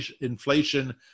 inflation